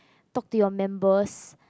talk to your members